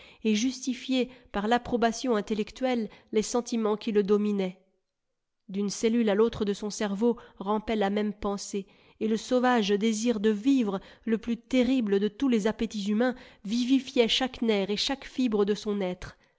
et justifié par l'approbation intellectuelle les sentiments qui le dominaient d'une cellule à l'autre de son cerveau rampait la même pensée et le sauvage désir de vivre le plus terrible de tous les appétits humains vivifiait chaque nerf et chaque fibre de son être